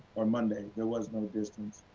or monday. there was no distance.